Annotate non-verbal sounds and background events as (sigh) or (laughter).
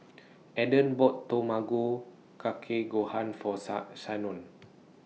Eden bought Tamago Kake Gohan For (unintelligible) Shanon